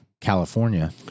California